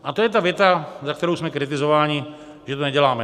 A to je ta věta, za kterou jsme kritizováni, že to neděláme.